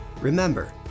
Remember